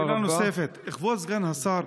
שאלה נוספת: כבוד סגן השר,